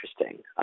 interesting